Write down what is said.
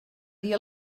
dir